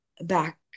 back